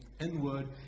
inward